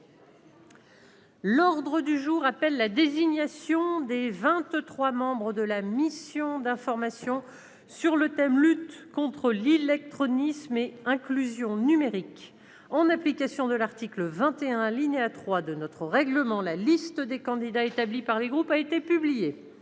L'ordre du jour appelle la désignation des vingt-trois membres de la mission d'information sur le thème :« Lutte contre l'illectronisme et inclusion numérique. » En application de l'article 21, alinéa 3 de notre règlement, la liste des candidats établie par les groupes a été publiée.